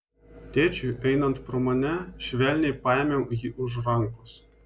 tėčiui einant pro mane švelniai paėmiau jį už rankos